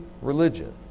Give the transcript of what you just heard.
religion